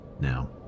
Now